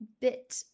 bit